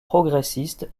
progressistes